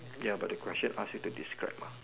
ya but the question ask you to describe mah